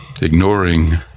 ignoring